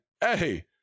hey